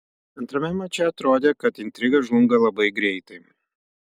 antrame mače atrodė kad intriga žlunga labai greitai